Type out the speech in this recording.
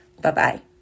Bye-bye